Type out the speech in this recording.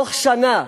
תוך שנה.